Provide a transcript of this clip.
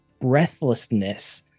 breathlessness